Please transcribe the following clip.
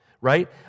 right